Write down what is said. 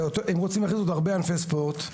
ואפילו לא במפמ"ר ובממונה על החינוך הגופני,